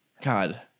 God